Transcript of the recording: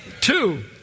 Two